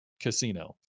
Casino